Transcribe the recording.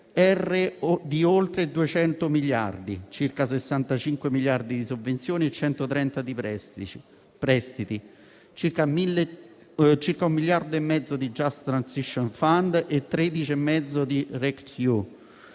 di oltre 200 miliardi di euro: circa 65 di sovvenzioni e 130 di prestiti; circa un miliardo e mezzo di *just transition fund* e 13,5 di React-EU.